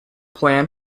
plan